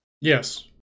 Yes